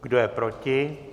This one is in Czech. Kdo je proti?